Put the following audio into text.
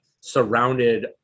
surrounded